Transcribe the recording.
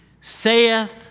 saith